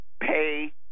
pay